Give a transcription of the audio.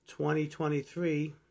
2023